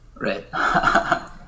Right